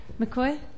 McCoy